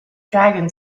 dragon